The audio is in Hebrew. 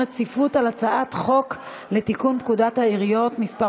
הצעת חוק לתיקון פקודת הראיות (מס'